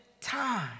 time